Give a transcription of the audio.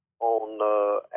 on